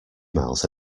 miles